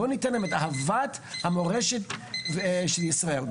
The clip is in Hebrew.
בואו ניתן להם את אהבת המורשת של ישראל.